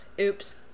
Oops